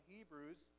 Hebrews